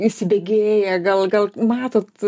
įsibėgėja gal gal matot